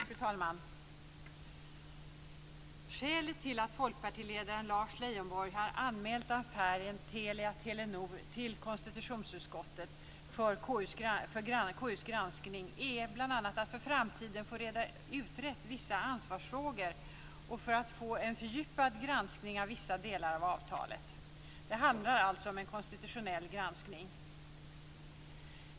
Fru talman! Skälet till att folkpartiledaren Lars Leijonborg har anmält affären Telia-Telenor till konstitutionsutskottet för granskning är bl.a. att han för framtiden vill få vissa ansvarsfrågor utredda och få en fördjupad granskning av vissa delar av avtalet. Det handlar alltså om en konstitutionell granskning.